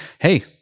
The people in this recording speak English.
hey